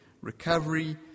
recovery